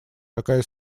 такая